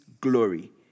glory